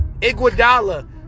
Iguodala